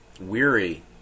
weary